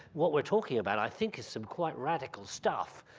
what we're talking about, i think is some quite radical stuff.